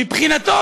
מבחינתו,